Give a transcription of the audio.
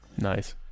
Nice